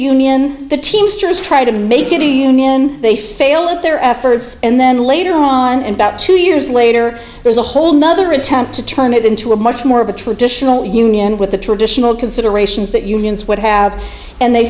union the teamsters try to make it a union they fail at their efforts and then later on and about two years later there's a whole nother attempt to turn it into a much more of a traditional union with the traditional considerations that unions would have and they